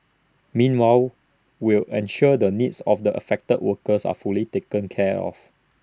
meanwhile will ensure the needs of the affected workers are fully taken care of